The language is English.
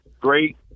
great